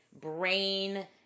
brain